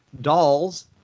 Dolls